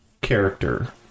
character